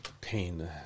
pain